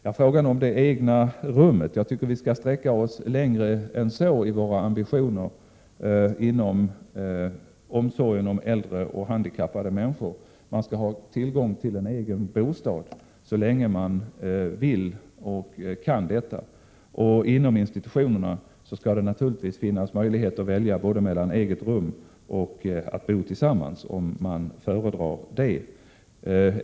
I frågan om det egna rummet tycker jag vi skall sträcka oss längre än så i våra ambitioner inom omsorg om äldre och handikappade människor. Man skall ha tillgång till en egen bostad så länge man vill och kan bo hemma, och inom institutionerna skall det naturligtvis finnas möjlighet att välja mellan eget rum och att bo tillsammans om man föredrar det.